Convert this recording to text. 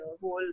whole